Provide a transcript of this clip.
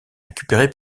récupéré